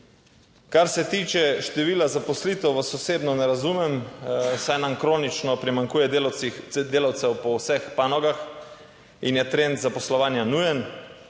Kar se tiče števila zaposlitev, vas osebno ne razumem, saj nam kronično primanjkuje delavcev po vseh panogah in je trend zaposlovanja nujen